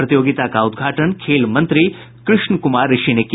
प्रतियोगिता का उद्घाटन खेल मंत्री कृष्ण कुमार ऋषि ने किया